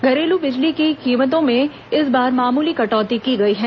घरेलू बिजली के कीमतों में इस बार मामूली केटौती की गई है